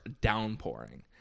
downpouring